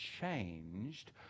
changed